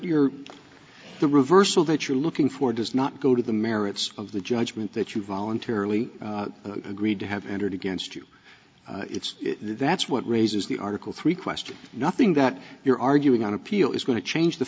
your the reversal that you're looking for does not go to the merits of the judgment that you voluntarily agreed to have entered against you that's what raises the article three questions nothing that you're arguing on appeal is going to change the